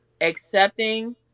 accepting